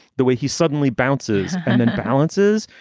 the way he suddenly bounces and it balances,